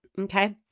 okay